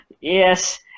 Yes